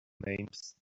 names